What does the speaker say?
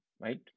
right